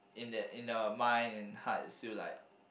in the mind and heart its still like